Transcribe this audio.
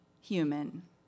human